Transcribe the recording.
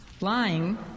lying